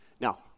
Now